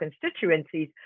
constituencies